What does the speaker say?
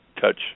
touch